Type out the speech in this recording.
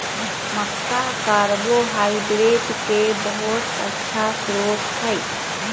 मक्का carbohydrate के बहुत अच्छा स्रोत हई